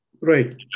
Right